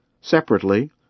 Separately